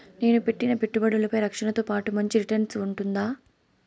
నేను పెట్టిన పెట్టుబడులపై రక్షణతో పాటు మంచి రిటర్న్స్ ఉంటుందా?